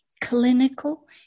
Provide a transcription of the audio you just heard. clinical